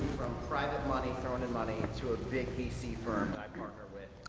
private money, thrown-in money to a big vc firm that i partner with?